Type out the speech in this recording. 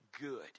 good